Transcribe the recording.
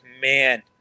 man